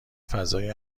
فضای